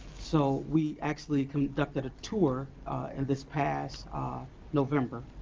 so, we actually conducted a tour and this past ah november